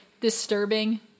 disturbing